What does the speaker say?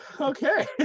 Okay